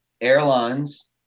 airlines